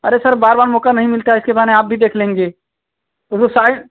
अरे सर बार बार मौका नहीं मिलता है इसके बहाने आप भी देख लेंगे वो साइड